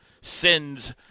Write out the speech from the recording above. sins